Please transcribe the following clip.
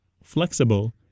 flexible